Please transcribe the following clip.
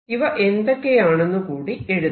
ഇവ എന്തൊക്കെയാണെന്ന് കൂടി എഴുതാം